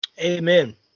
Amen